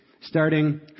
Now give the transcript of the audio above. Starting